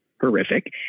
horrific